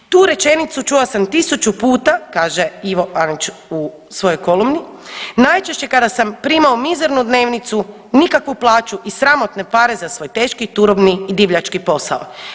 Tu rečenicu čuo sam 1000 puta, kaže Ivo Anić u svojoj kolumni, najčešće kada sam primao mizernu dnevnicu, nikakvu plaću i sramotne pare za svoj teški, turobni i divljački posao.